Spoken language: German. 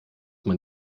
man